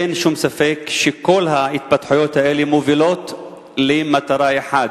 אין שום ספק שכל ההתפתחויות האלה מובילות למטרה אחת,